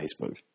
Facebook